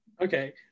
Okay